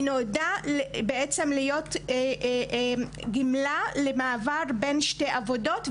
היא נולדה בעצם להיות גמלה למעבר בין שתי עבודות,